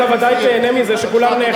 אתה ודאי תיהנה מזה שכולם,